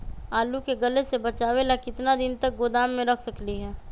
आलू के गले से बचाबे ला कितना दिन तक गोदाम में रख सकली ह?